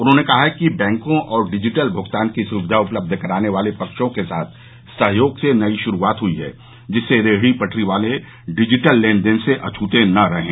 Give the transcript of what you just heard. उन्होंने कहा कि बैंकों और डिजिटल भुगतान की सुविधा उपलब्ध कराने वाले पक्षों के साथ सहयोग से नई शुरूआत हई है जिससे रेहडी पटरी वाले डिजिटल लेनदेन से अछ्ते न रहें